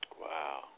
Wow